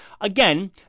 again